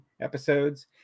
episodes